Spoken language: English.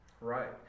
right